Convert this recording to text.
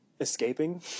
Escaping